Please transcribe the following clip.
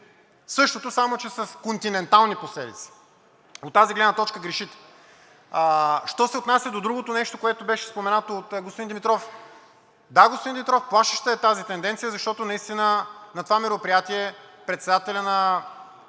Същото, само че с континентални последици. От тази гледна точка грешите. Що се отнася до другото нещо, което беше споменато от господин Димитров. Да, господин Димитров, плашеща е тази тенденция, защото наистина на това мероприятие председателят на